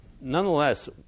Nonetheless